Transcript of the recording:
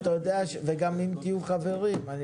וגם אם תהיו חברים בוועדה.